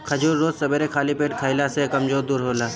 खजूर रोज सबेरे खाली पेटे खइला से कमज़ोरी दूर होला